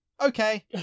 Okay